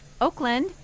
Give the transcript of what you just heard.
Oakland